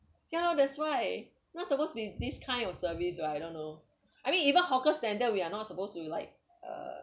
ya lor that's why not supposed to be this kind of service lah I don't know I mean even hawker center we are not supposed to be like uh